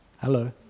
Hello